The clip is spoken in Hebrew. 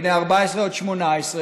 בני 14 18,